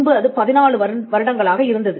முன்பு அது 14 வருடங்களாக இருந்தது